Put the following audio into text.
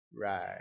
Right